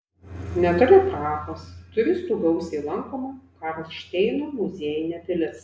netoli prahos turistų gausiai lankoma karlšteino muziejinė pilis